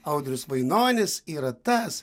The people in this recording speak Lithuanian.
audrius vainonis yra tas